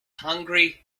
hungry